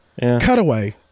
Cutaway